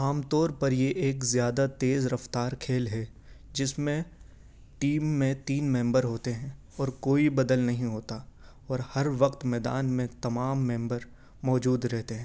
عام طور پر یہ ایک زیادہ تیز رفتار کھیل ہے جس میں ٹیم میں تین ممبر ہوتے ہیں اور کوئی بدل نہیں ہوتا اور ہر وقت میدان میں تمام ممبر موجود رہتے ہیں